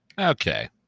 Okay